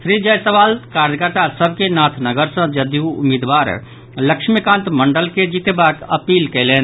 श्री जयसवाल कार्यकर्ता सभ के नाथनगर सॅ जदयू उम्मीदवार लक्ष्मीकांत मंडल के जीतेबाक अपील कयलनि